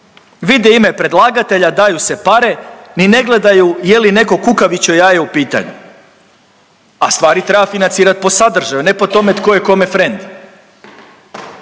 Vide ime predlagatelja, daju se pare, ni ne gledaju je li neko kukavičje jaje u pitanju, a stvari treba financirat po sadržaju ne po tome tko je kome frend.